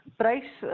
price